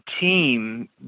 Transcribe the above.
team